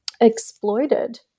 exploited